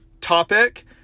topic